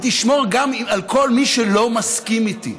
ותשמור גם על כל מי שלא מסכים איתי.